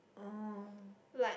like